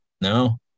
no